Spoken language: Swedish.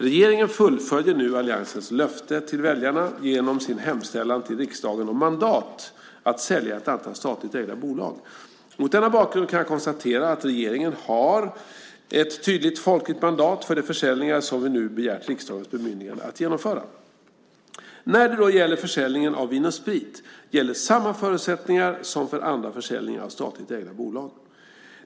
Regeringen fullföljer nu alliansens löfte till väljarna genom sin hemställan till riksdagen om mandat att sälja ett antal statligt ägda bolag. Mot denna bakgrund kan jag konstatera att regeringen har ett tydligt folkligt mandat för de försäljningar som vi nu har begärt riksdagens bemyndigande att genomföra. När det gäller försäljningen av Vin & Sprit gäller samma förutsättningar som för andra försäljningar av statligt ägda bolag.